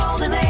live